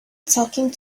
talking